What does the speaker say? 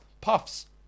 puffs